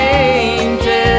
angels